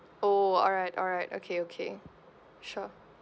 oh alright alright okay okay sure